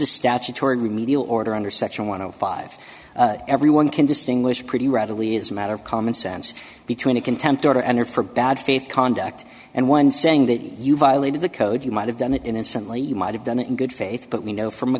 a statutory remedial order under section one o five everyone can distinguish pretty readily as a matter of common sense between a contempt order and or for bad faith conduct and when saying that you violated the code you might have done it innocently you might have done it in good faith but we know from